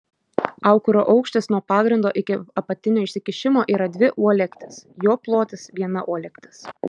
aukuro aukštis nuo pagrindo iki apatinio išsikišimo yra dvi uolektys jo plotis viena uolektis